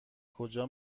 کجا